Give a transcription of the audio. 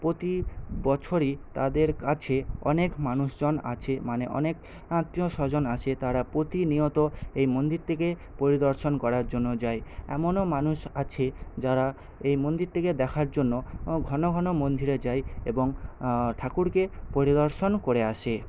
প্রতি বছরই তাদের কাছে অনেক মানুষজন আছে মানে অনেক আত্মীয়স্বজন আছে তারা প্রতিনিয়ত এই মন্দিরটাকে পরিদর্শন করার জন্য যায় এমনও মানুষ আছে যারা এই মন্দিরটাকে দেখার জন্য ঘন ঘন মন্দিরে যায় এবং ঠাকুরকে পরিদর্শন করে আসে